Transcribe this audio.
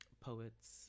poets